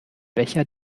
becher